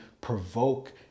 provoke